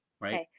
right